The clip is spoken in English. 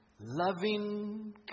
loving